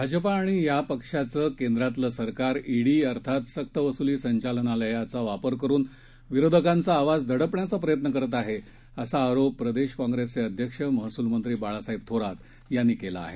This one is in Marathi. भाजपा आणि या पक्षाचं केंद्रातलं सरकार ईडी अर्थात सक्तवस्ली संचालनालयाचा वापर करुन विरोधकांचा आवाज दडपण्याचा प्रयत्न करत आहे असा आरोप प्रदेश काँग्रेसचे अध्यक्ष महसूलमंत्री बाळासाहेब थोरात यांनी केला आहे